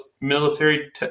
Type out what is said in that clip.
military